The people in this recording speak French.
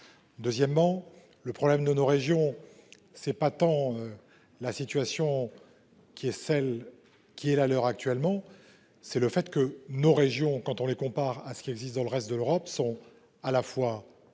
Deuxièmement, le problème de nos régions. C'est pas tant. La situation qui est celle qui est la leur. Actuellement, c'est le fait que nos régions quand on les compare à ce qui existe dans le reste de l'Europe sont à la fois